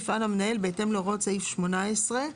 יפעל המנהל בהתאם להוראות סעיף 18,